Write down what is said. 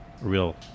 real